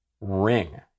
Ring